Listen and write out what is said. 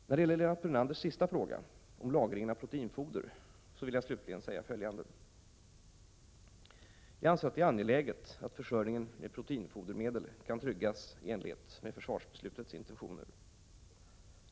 Beträffande Lennart Brunanders sista fråga om lagringen av proteinfoder vill jag slutligen säga följande. Jag anser att det är angeläget att försörjningen med proteinfodermedel kan tryggas i enlighet med försvarsbeslutets intentioner.